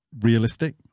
realistic